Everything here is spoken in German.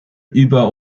über